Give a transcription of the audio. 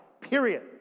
period